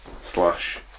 slash